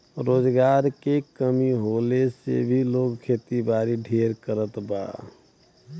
रोजगार के कमी होले से भी लोग खेतीबारी ढेर करत बा